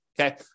Okay